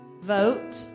vote